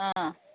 ꯑꯥ